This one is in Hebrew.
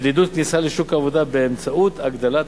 ולעידוד כניסה לשוק העבודה באמצעות הגדלת